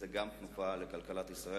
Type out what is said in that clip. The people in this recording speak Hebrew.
זה גם תנופה לכלכלת ישראל,